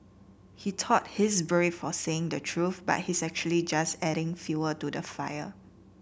he thought he's brave for saying the truth but he's actually just adding fuel to the fire